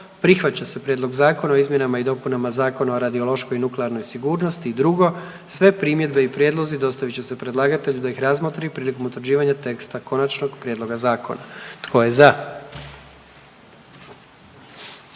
propisa i propisa o uslugama informacijskog društva (TRIS) i drugo, sve primjedbe i prijedlozi dostavit će se predlagatelju da ih razmotri prilikom utvrđivanja teksta konačnog prijedloga zakona. Tko je za?